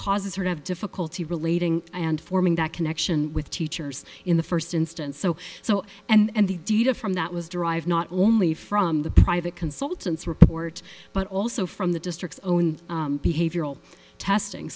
causes her to have difficulty relating and forming that connection with teachers in the first instance so so and the deed a from that was derived not only from the private consultants report but also from the district's own behavioral testing